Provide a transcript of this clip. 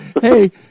Hey